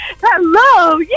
Hello